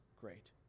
great